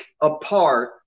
apart